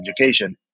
education